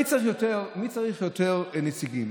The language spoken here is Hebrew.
מי צריך יותר נציגים?